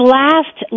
last